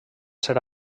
ser